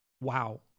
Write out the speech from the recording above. wow